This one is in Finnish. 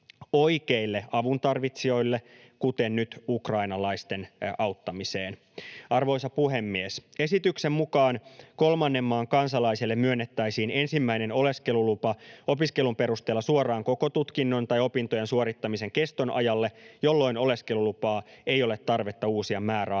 oikeille avuntarvitsijoille, kuten nyt ukrainalaisten auttamiseen. Arvoisa puhemies! Esityksen mukaan kolmannen maan kansalaiselle myönnettäisiin ensimmäinen oleskelulupa opiskelun perusteella suoraan koko tutkinnon tai opintojen suorittamisen keston ajalle, jolloin oleskelulupaa ei ole tarvetta uusia määräajoin.